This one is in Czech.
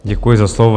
Děkuji za slovo.